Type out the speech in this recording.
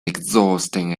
exhausting